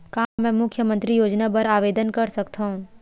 का मैं मुख्यमंतरी योजना बर आवेदन कर सकथव?